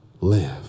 live